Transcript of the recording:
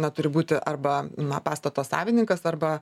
na turi būti arba na pastato savininkas arba